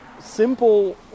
simple